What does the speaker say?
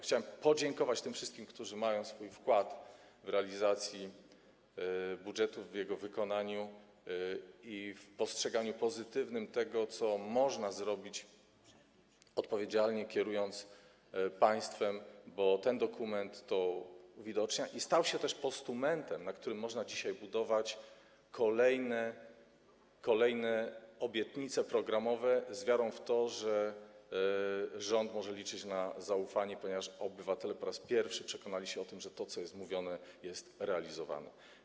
Chciałem podziękować tym wszystkim, którzy mają swój wkład w realizację budżetu, w jego wykonanie i w pozytywne postrzeganie tego, co można zrobić, odpowiedzialnie kierując państwem, bo ten dokument to uwidocznia i stał się też postumentem, na którym można dzisiaj budować kolejne obietnice programowe, z wiarą w to, że rząd może liczyć na zaufanie, ponieważ obywatele po raz pierwszy przekonali się o tym, że to co jest mówione, jest realizowane.